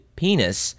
penis